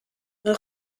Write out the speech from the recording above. een